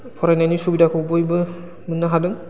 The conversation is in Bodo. फरायनायनि सुबिदाखौ बयबो मोननो हादों